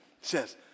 says